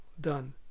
done